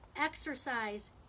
exercise